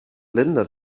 linda